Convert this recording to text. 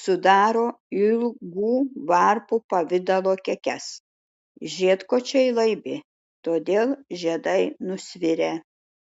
sudaro ilgų varpų pavidalo kekes žiedkočiai laibi todėl žiedai nusvirę